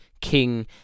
King